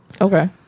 Okay